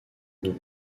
nous